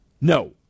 No